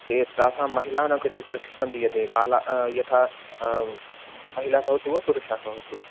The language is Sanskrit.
ते तासां महिलानां कृते प्रशिक्षणं दीयते बाल यथा महिला भवतु वा पुरुषः भवतु